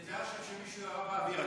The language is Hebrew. תדע שמישהו ירה עכשיו באוויר.